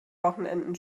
wochenenden